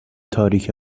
تاریک